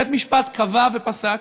בית-המשפט קבע ופסק